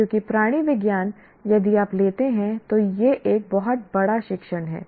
क्योंकि प्राणि विज्ञान यदि आप लेते हैं तो यह एक बहुत बड़ा शिक्षण है